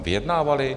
Vyjednávaly?